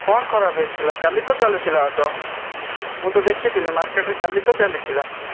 କ'ଣ ଖରାପ ହୋଇଯାଇଥିଲା କାଲି ତ ଚାଲିଥିଲା ଅଟୋ ମୁଁ ତ ଦେଖିଥିଲି ମାର୍କେଟ୍ରେ କାଲି ତ ଚାଲିଥିଲା